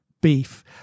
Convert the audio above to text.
beef